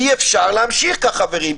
אי אפשר להמשיך כך, חברים.